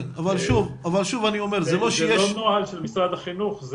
זה לא נוהל של משרד החינוך.